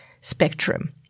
spectrum